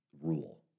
rule